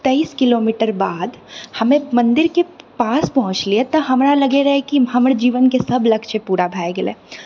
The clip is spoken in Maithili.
तैइस किलोमीटर बाद हमे मन्दिरके पास पहुँचलियै तऽ हमरा लगै रहै कि हमर जीवनके सब लक्ष्य पूरा भए गेलै